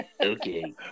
Okay